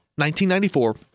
1994